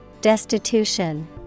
Destitution